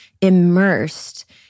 immersed